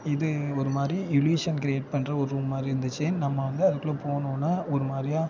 இது ஒரு மாதிரி இல்யூஷன் க்ரியேட் பண்ணுற ஒரு ரூம் மாதிரி இருந்துச்சு நம்ம வந்து அதுக்குள்ளே போனோடன ஒரு மாதிரியா